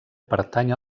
pertany